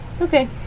Okay